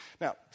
Now